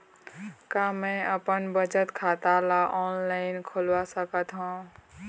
का मैं अपन बचत खाता ला ऑनलाइन खोलवा सकत ह?